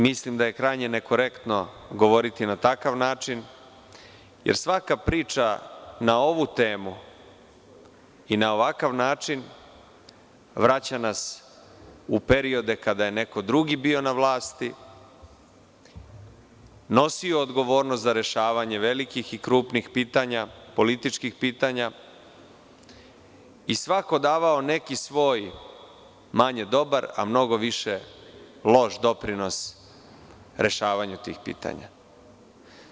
Mislim da je krajnje nekorektno govoriti na takav način, jer svaka priča na ovu temu i na ovakav način vraća nas u periode kada je neko drugi bio na vlasti, nosio odgovornost za rešavanje velikih i krupnih pitanja, političkih pitanja i svako davao neki svoj manje dobar, a mnogo više loš doprinos rešavanju tih pitanja.